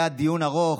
היה דיון ארוך,